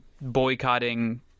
boycotting